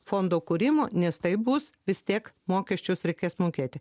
fondo kūrimo nes tai bus vis tiek mokesčius reikės mokėti